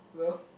no